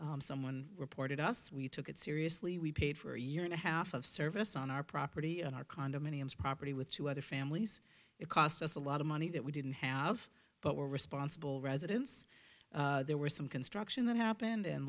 problem someone reported us we took it seriously we paid for a year and a half of service on our property and our condominiums property with two other families it cost us a lot of money that we didn't have but we're responsible residents there were some construction that happened and